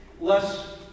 less